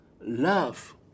love